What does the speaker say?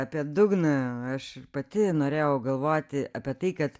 apie dugną aš pati norėjau galvoti apie tai kad